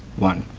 one.